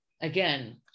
again